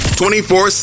24